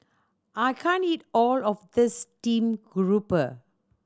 I can't eat all of this steamed grouper